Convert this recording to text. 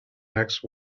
next